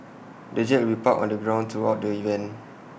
the jet will be parked on the ground throughout the event